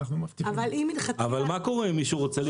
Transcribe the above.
אנחנו מבטיחים --- מה קורה אם מישהו רוצה להישפט?